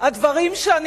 הדברים שאני